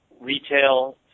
retail